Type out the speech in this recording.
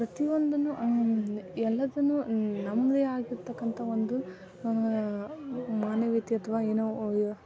ಪ್ರತಿಯೊಂದನ್ನೂ ಎಲ್ಲದನ್ನೂ ನಮ್ಮದೇ ಆಗಿರತಕ್ಕಂಥ ಒಂದು ಮಾನವೀಯತತ್ವ ಏನೋ